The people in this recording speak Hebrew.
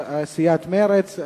של סיעת מרצ,